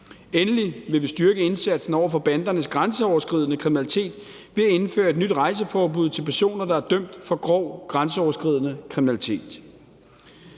Endelig vil vi styrke indsatsen over for bandernes grænseoverskridende kriminalitet ved at indføre et nyt udrejseforbud til personer, der er dømt for grov grænseoverskridende kriminalitet.